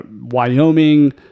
Wyoming